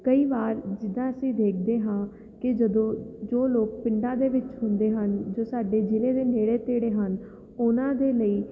ਕਈ ਵਾਰ ਜਿੱਦਾਂ ਅਸੀਂ ਦੇਖਦੇ ਹਾਂ ਕਿ ਜਦੋਂ ਜੋ ਲੋਕ ਪਿੰਡਾਂ ਦੇ ਵਿੱਚ ਹੁੰਦੇ ਹਨ ਜੋ ਸਾਡੇ ਜ਼ਿਲ੍ਹੇ ਦੇ ਨੇੜੇ ਤੇੜੇ ਹਨ ਉਹਨਾਂ ਦੇ ਲਈ